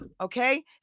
Okay